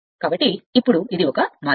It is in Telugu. కాబట్టి ఇప్పుడు ఇది ఒక మార్గం